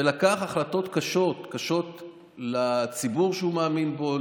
ולקח החלטות קשות, קשות לציבור שהוא מאמין בו.